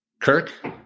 Kirk